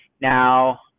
Now